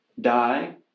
die